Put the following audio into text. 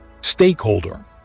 Stakeholder